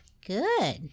Good